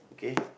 okay